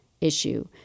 issue